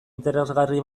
interesgarri